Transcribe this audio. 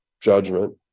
judgment